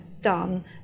done